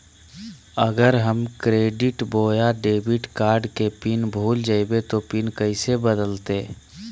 अगर हम क्रेडिट बोया डेबिट कॉर्ड के पिन भूल जइबे तो पिन कैसे बदलते?